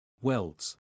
Welds